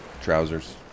trousers